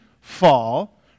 fall